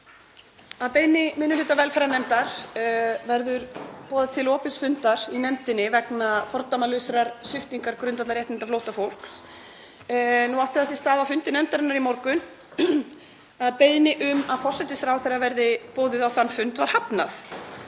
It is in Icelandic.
Að beiðni minni hluta velferðarnefndar verður boðað til opins fundar í nefndinni vegna fordæmalausrar sviptingar grundvallarréttinda flóttafólks. Nú átti það sér stað á fundi nefndarinnar í morgun að beiðni um að forsætisráðherra verði boðuð á þann fund var hafnað.